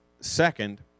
Second